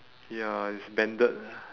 ya it's bended